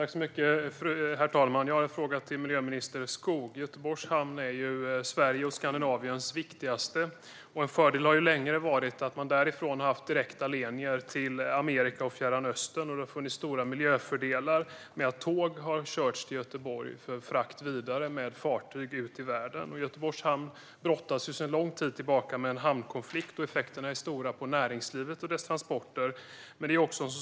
Herr talman! Jag har en fråga till arbetsmarknadsminister Johansson. Göteborgs hamn är Sveriges och Skandinaviens viktigaste, och en fördel har länge varit att man därifrån har haft direkta linjer till Amerika och Fjärran Östern. Det har funnits stora miljöfördelar med att tåg har körts till Göteborg för frakt med fartyg vidare ut i världen. Göteborgs hamn brottas sedan lång tid tillbaka med en hamnkonflikt. Effekterna är stora på näringslivet och dess transporter.